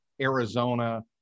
Arizona